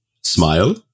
smile